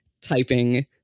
typing